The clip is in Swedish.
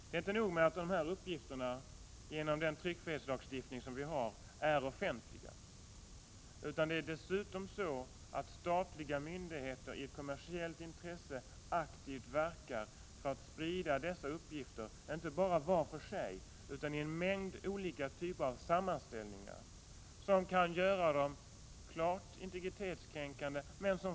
Det är inte nog med att dessa uppgifter, genom den tryckfrihetslagstiftning vi har, är offentliga, utan dessutom verkar statliga myndigheter i kommersiellt intresse aktivt för att sprida dessa uppgifter, inte bara var för sig utan i en mängd olika typer av sammanställningar som kan göra dem klart integritetskränkande.